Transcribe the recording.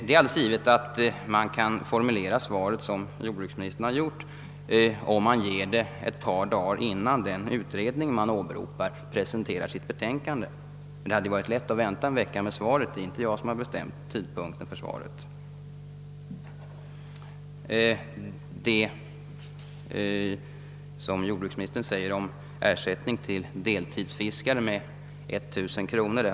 Det är alldeles givet att man kan formulera svaret så som jordbruksministern har gjort, om man lämnar det ett par dagar innan den utredning man åberopar presenterar sitt betänkande. Emellertid hade det varit iätt att vänta en vecka med svaret; det är inte jag som har bestämt tidpunkten för det. Jordbruksministern talar om den ersättning med 1000 kronor som kan utgå till deltidsfiskare.